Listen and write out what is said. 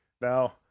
Now